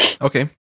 Okay